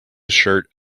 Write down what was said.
shirt